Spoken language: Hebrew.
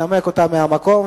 תנמק אותה מהמקום,